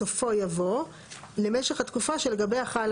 בסופו יבוא למשך התקופה שלגביה חלה